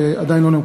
שעדיין לא נאמרו.